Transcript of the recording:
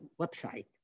website